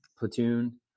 platoon